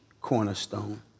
cornerstone